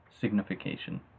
signification